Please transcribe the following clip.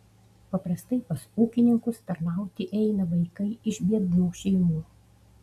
paprastai pas ūkininkus tarnauti eina vaikai iš biednų šeimų